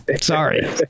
sorry